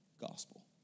gospel